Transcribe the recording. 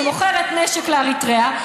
שמוכרת נשק לאריתריאה,